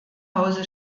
hause